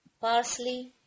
parsley